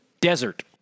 desert